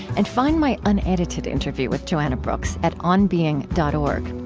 and find my unedited interview with joanna brooks at onbeing dot org.